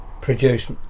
produced